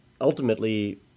ultimately